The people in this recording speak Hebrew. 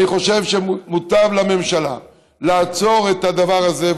אני חושב שמוטב לממשלה לעצור את הדבר הזה,